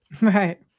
Right